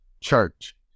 church